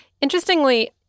Interestingly